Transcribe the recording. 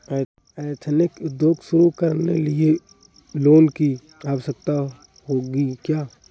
Ethnic उद्योग शुरू करने लिए लोन की आवश्यकता होगी क्या?